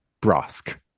brusque